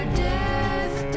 death